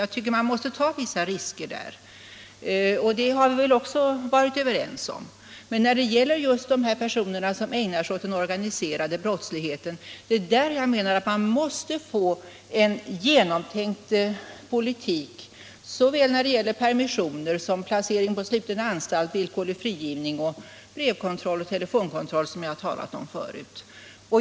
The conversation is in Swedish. Jag tycker att man måste ta vissa risker därvidlag, och det har vi väl också varit överens om i riksdagen. Men när det gäller dessa personer som ägnar sig åt den organiserade brottsligheten menar jag att man måste få en genomtänkt praxis såväl i fråga om permissioner som i fråga om placering på sluten anstalt, villkorlig frigivning, brevkontroll och telefonkontroll, som jag har talat om förut.